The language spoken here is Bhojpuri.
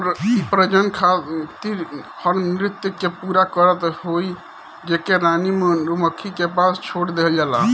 इ प्रजनन खातिर हर नृत्य के पूरा करत हई जेके रानी मधुमक्खी के पास छोड़ देहल जाला